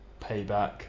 Payback